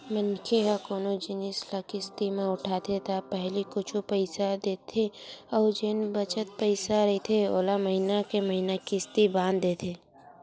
मनखे ह कोनो जिनिस ल किस्ती म उठाथे त पहिली कुछ पइसा देथे अउ जेन बचत पइसा रहिथे ओला महिना के महिना किस्ती बांध देथे